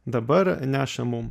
dabar neša mum